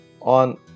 on